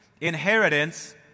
inheritance